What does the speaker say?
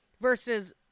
versus